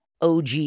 OG